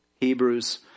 Hebrews